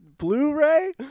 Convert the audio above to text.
Blu-ray